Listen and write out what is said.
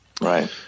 right